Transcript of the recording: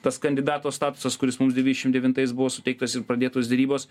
tas kandidato statusas kuris mums devyniasdešim devintais buvo suteiktas ir pradėtos derybos